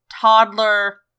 Toddler